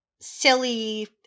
silly